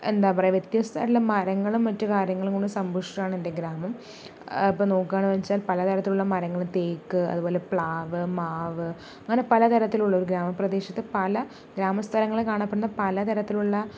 എന്താ പറയുക വ്യത്യസ്തയായിട്ടുള്ള മരങ്ങളും മറ്റ് കര്യങ്ങളും കൂടെ സംഭുഷ്ടമാണ് എൻ്റെ ഗ്രാമം അപ്പോൾ നോക്കാണെച്ചാൽ പലതരം മരങ്ങള് തേക്ക് അത്പോലെ പ്ലാവ് മാവ് അങ്ങനെ പലതരത്തിലുള്ള ഒര് ഗ്രാമ പ്രദേശത്ത് പല ഗ്രാമ സ്ഥലങ്ങളിൽ കാണപ്പെടുന്ന പലതരത്തിലുള്ള